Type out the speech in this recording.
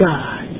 God